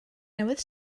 newydd